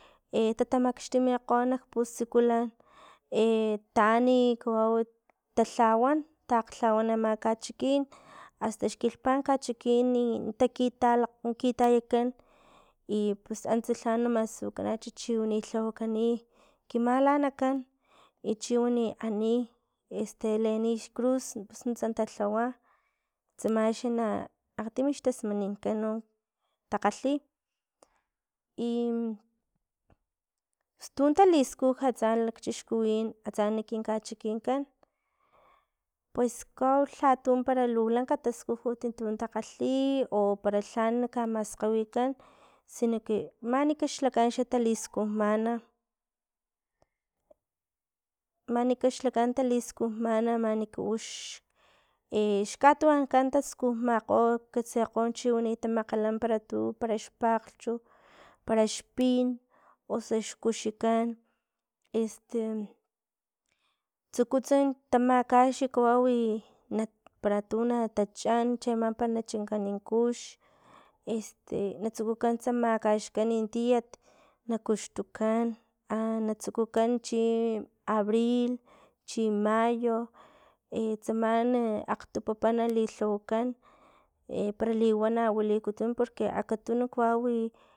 tatamaxtumikgo nak pusikulan taani kawau talhawan takglhawan ama kachikin, asta xkilhpan kachikin takitalakgo kitayakan, i pus antsa lha na masunikanacha chi lhawakani, kimalanakan i chiwabi ani este leeni xcruz nuntsa talhawa tsamaxa na akgtimi xtasmanin kan no takgalhi i pus tun taliskujaats lakchixkuwin atsa nak kinkachikinkan pues kawau lhatu para lu lanka taskujut tun takgalhi i o para lhan kgamaskgawikan sino que manika xlakan xa taliskujmana, mani ka xlakan taliskujmana maniku ux xkatuwankan taskujmakgo takatse kgo chiwabi tamakgalakgo paratu para xpakglhch para xpin osu xkuxikan este tsukutsa tamakax kawawi na para tu na natachan cheama para na chankani kux, este na tsulukan makaxkan tiat na kuxtukan a na tsukukan chi abril chi mayo, tsaman e akgtu papa nali lhawakan pero liwana wilikutun porque akatun kawawi.